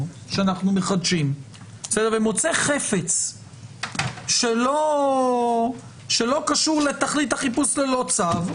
שאנחנו מחדשים ומוצא חפץ שלא קשור לתכלית החיפוש ללא צו,